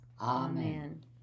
Amen